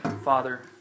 Father